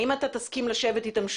האם אתה תסכים לשבת איתם שוב?